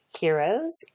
heroes